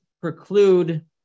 preclude